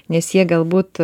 nes jie galbūt